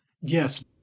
Yes